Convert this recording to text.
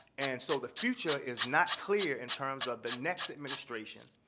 and so the future is not clear in terms of the next administration,